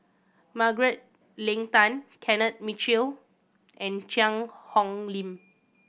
Margaret Leng Tan Kenneth Mitchell and Cheang Hong Lim